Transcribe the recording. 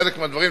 חלק מהדברים,